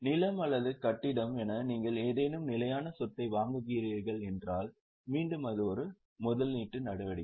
நிலம் அல்லது கட்டிடம் என நீங்கள் ஏதேனும் நிலையான சொத்தை வாங்குகிறீர்களானால் மீண்டும் அது ஒரு முதலீட்டு நடவடிக்கை